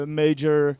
major